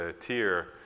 tier